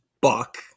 buck